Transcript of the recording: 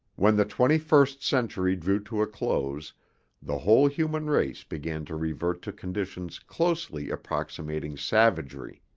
when the twenty-first century drew to a close the whole human race began to revert to conditions closely approximating savagery.